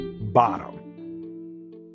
bottom